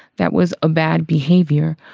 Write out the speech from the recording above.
that was a bad behavior,